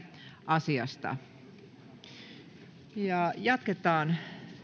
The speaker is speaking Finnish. asiasta jatketaan